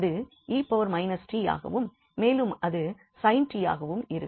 அது 𝑒−𝑡 ஆகவும் மேலும் அது sin 𝑡 ஆகவும் இருக்கும்